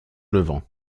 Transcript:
levant